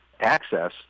access